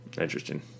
Interesting